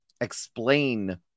explain